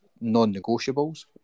non-negotiables